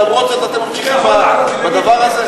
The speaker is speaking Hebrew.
ולמרות זאת אתם ממשיכים בדבר הזה?